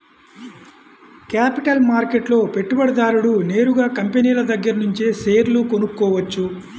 capital మార్కెట్లో పెట్టుబడిదారుడు నేరుగా కంపినీల దగ్గరనుంచే షేర్లు కొనుక్కోవచ్చు